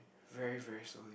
very very slowly